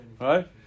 right